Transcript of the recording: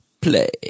play